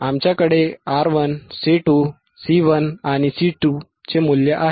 आमच्याकडे R1 R2 C1 आणि C2 चे मूल्य आहे